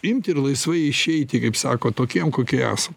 imti ir laisvai išeiti kaip sako tokiem kokie esam